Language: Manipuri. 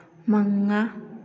ꯃꯉꯥ